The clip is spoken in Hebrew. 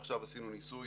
ועכשיו עשינו ניסוי